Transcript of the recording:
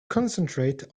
concentrate